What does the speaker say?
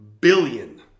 billion